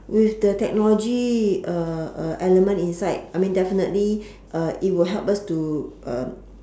with the technology uh uh element inside I mean definitely uh it will help us to um